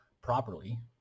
properly